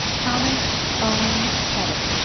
thomas owen pettet.